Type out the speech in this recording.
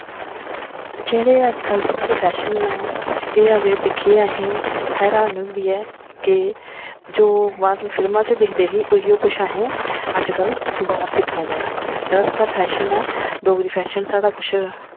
जेह्ड़े अजकल्ल साढ़े फैशन न एह् अज्जै दिक्खियै असें हैरानी होंदी ऐ कि जो बाह्र फिल्मां च दिखदे हे ओहियो कुछ असें अजकल्ल बाह्र दिक्खा दे आं जेह्ड़ा साढ़ा फैशन ऐ डोगरी फैशन साढ़ा कुछ